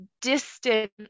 distant